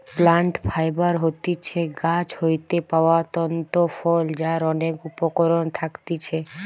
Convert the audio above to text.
plant fibre হতিছে গাছ হইতে পাওয়া তন্তু ফল যার অনেক উপকরণ থাকতিছে